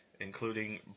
including